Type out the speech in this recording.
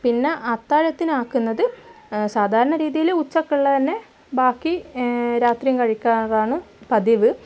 പിന്നെ അത്താഴത്തിനാക്കുന്നത് സാധാരണ രീതിയിൽ ഉച്ചക്കുള്ളത് തന്നെ ബാക്കി രാത്രിയും കഴിക്കാറാണ് പതിവ്